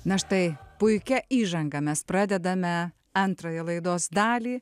na štai puikia įžanga mes pradedame antrąją laidos dalį